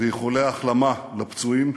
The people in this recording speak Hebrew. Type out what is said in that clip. ואיחולי החלמה לפצועים.